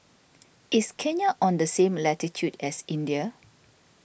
is Kenya on the same latitude as India